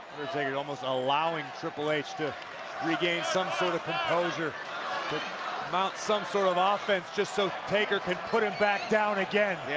almost allowing triple h to regain some sort of composure to mount some sort of ah offense just so taker could put him back down again. yeah,